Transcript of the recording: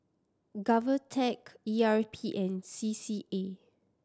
GovTech E R P and C C A